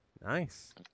Nice